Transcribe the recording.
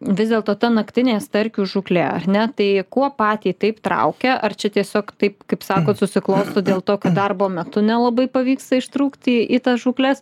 vis dėlto ta naktinė starkių žūklė ar ne tai kuo patį taip traukia ar čia tiesiog taip kaip sakot susiklosto dėl to kad darbo metu nelabai pavyksta ištrūkti į tas žūkles